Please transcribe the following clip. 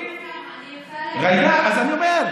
אוסאמה, אני רוצה להגיד, ג'ידא, אז אני אומר: